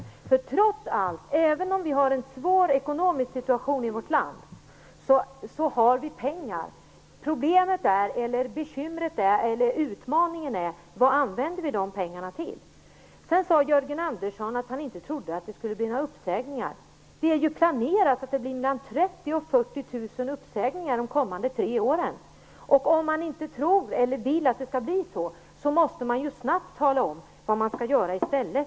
Även om vi har en svår ekonomisk situation i vårt land, har vi pengar. Utmaningen är hur vi använder dessa pengar. Jörgen Andersson trodde vidare inte att det skulle bli några uppsägningar. Det är ju planerat att det skall bli mellan 30 000 och 40 000 uppsägningar under de närmaste tre åren. Om man inte vill att det skall bli så, måste man snabbt tala om vad som skall göras i stället.